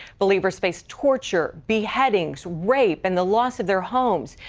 believers face torture, beheadings, rape, and the loss of their homes.